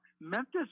Memphis